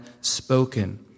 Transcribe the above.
spoken